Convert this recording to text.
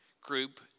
Group